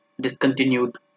discontinued